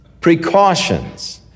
precautions